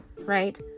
right